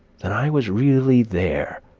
then i was really there,